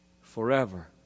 forever